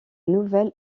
nouvelles